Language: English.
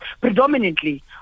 predominantly